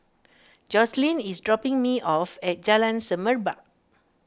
Jocelyn is dropping me off at Jalan Semerbak